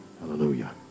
hallelujah